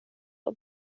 och